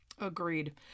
Agreed